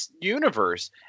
universe